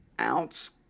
Ounce